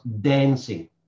dancing